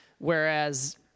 whereas